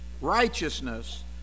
righteousness